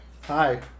Hi